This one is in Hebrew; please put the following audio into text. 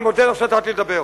אני מודה לך שנתת לי לדבר.